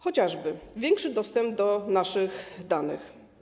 Chociażby większy dostęp do naszych danych.